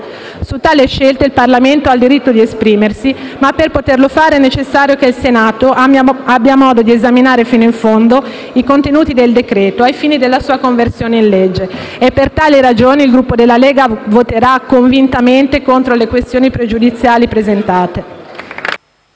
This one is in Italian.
Su tali scelte il Parlamento ha il diritto di esprimersi, ma per poterlo fare è necessario che il Senato abbia modo di esaminare fino in fondo i contenuti del decreto-legge ai fini della sua conversione in legge. Per tali ragioni il Gruppo della Lega voterà convintamente contro le proposte di questione pregiudiziale presentate.